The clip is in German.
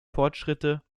fortschritte